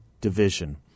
division